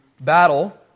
battle